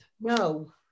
No